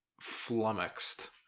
flummoxed